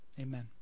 amen